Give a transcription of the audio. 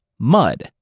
Mud